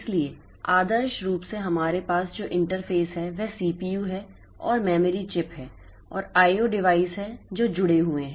इसलिए आदर्श रूप से हमारे पास जो इंटरफ़ेस है वह सीपीयू है और मेमोरी चिप है और आईओ डिवाइस हैं जो जुड़े हुए हैं